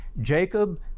Jacob